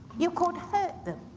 you could hurt them,